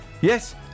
Yes